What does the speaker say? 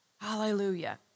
Hallelujah